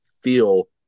feel